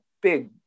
big